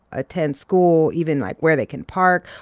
attend school, even, like, where they can park.